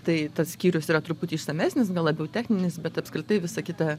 tai tas skyrius yra truputį išsamesnis gal labiau techninis bet apskritai visa kita